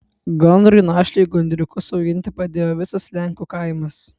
gandrui našliui gandriukus auginti padėjo visas lenkų kaimas